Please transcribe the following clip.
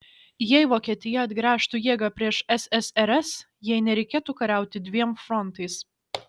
jei vokietija atgręžtų jėgą prieš ssrs jai nereikėtų kariauti dviem frontais